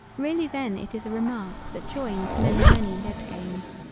really then it is a remark that joins many many lead games.